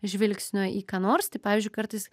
žvilgsnio į ką nors tai pavyzdžiui kartais